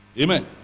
Amen